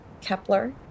Kepler